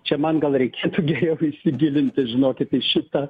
čia man gal reikėtų geriau įsigilinti žinokit į šitą